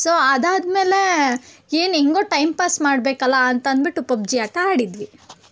so ಅದಾದ ಮೇಲೆ ಏನು ಹೆಂಗೋ ಟೈಮ್ ಪಾಸ್ ಮಾಡಬೇಕಲ್ಲ ಅಂತಂದುಬಿಟ್ಟು ಪಬ್ಜಿ ಆಟ ಆಡಿದ್ವಿ